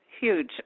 huge